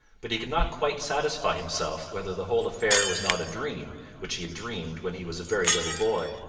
but he could not quite satisfy himself whether the whole affair was not a dream which he had dreamed when he was a very little boy.